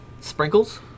Sprinkles